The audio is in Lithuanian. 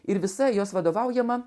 ir visa jos vadovaujama